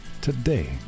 today